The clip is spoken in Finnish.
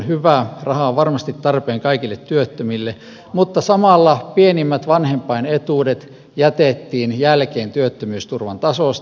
raha on varmasti tarpeen kaikille työttömille mutta samalla pienimmät vanhempainetuudet jätettiin jälkeen työttömyysturvan tasosta